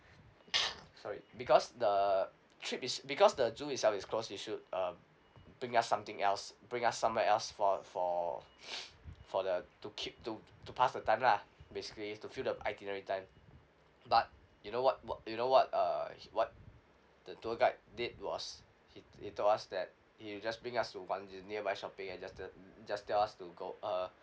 sorry because the trip is because the zoo itself is close you should uh bring us something else bring us somewhere else for for for the to keep to to pass the time lah basically to fill the itinerary time but you know what what you know what err what the tour guide did was he he told us that he'll just bring us to one the nearby shopping and just just tell us to go uh